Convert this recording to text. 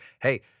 hey